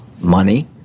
money